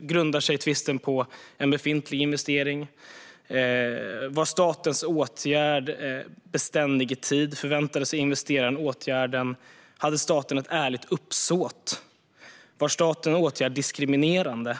Grundar sig tvisten på en befintlig investering? Var statens åtgärd beständig i tid? Förväntade sig investeraren åtgärden? Hade staten ett ärligt uppsåt? Var statens åtgärd diskriminerande?